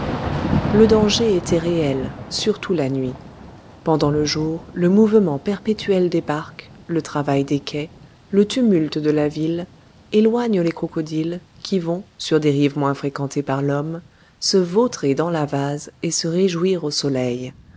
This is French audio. le danger était réel surtout la nuit pendant le jour le mouvement perpétuel des barques le travail des quais le tumulte de la ville éloignent les crocodiles qui vont sur des rives moins fréquentées par l'homme se vautrer dans la vase et se réjouir au soleil